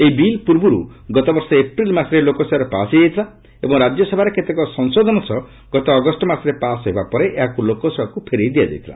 ଏହି ବିଲ୍ ପୂର୍ବରୁ ଗତବର୍ଷ ଏପ୍ରିଲ୍ ମାସରେ ଲୋକସଭାରେ ପାସ୍ ହୋଇଯାଇଥିଲା ଏବଂ ରାଜ୍ୟସଭାରେ କେତେକ ସଂଶୋଧନ ସହ ଗତ ଅଗଷ୍ଟ ମାସରେ ପାସ୍ ହେବା ପରେ ଏହାକୁ ଲୋକସଭାକୁ ଫେରାଇ ଦିଆଯାଇଥିଲା